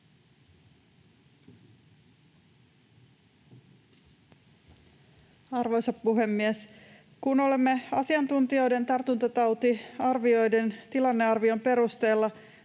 Arvoisa puhemies! Kun olemme asiantuntijoiden tartuntatautiarvioiden tilannearvion perusteella